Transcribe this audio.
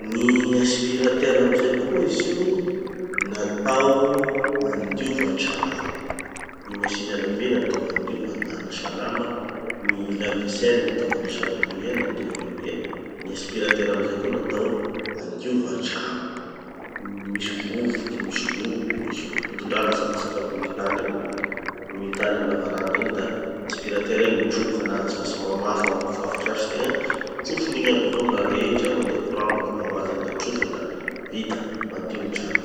Gny aspirateur amizay koa izy io, natao handiova tragno. Gny machine à laver natao handiova hanasà lamba, gny lave vaisselle natao hanasà lovia na handiova lovia, gny aspirateur amizay koa natao handiova tragno. Misy vovoky misy loto misy potipotindraha latsadatsaky amy gny tany amy gny- amy gny tany amy lavaranga igny da aspirateur igny mitroky anazy fa tsy mamafa amy kofafa sasy tegna, trofin'igny aby avao gny raha rehetra, mandeha courant mazava hoazy igny da trofiny da vita. Madio gny trano.